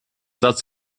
satz